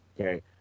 Okay